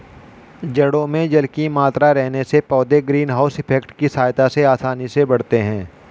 जड़ों में जल की मात्रा रहने से पौधे ग्रीन हाउस इफेक्ट की सहायता से आसानी से बढ़ते हैं